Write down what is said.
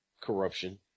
corruption